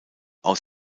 aus